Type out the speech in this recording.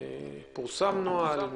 פורסם נוהל?